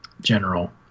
general